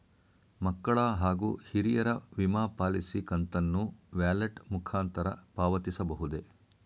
ಮಕ್ಕಳ ಹಾಗೂ ಹಿರಿಯರ ವಿಮಾ ಪಾಲಿಸಿ ಕಂತನ್ನು ವ್ಯಾಲೆಟ್ ಮುಖಾಂತರ ಪಾವತಿಸಬಹುದೇ?